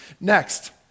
Next